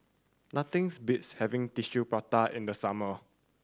nothings beats having Tissue Prata in the summer